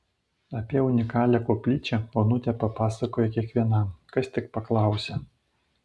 apie unikalią koplyčią onutė papasakoja kiekvienam kas tik paklausia